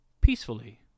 peacefully